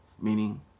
meaning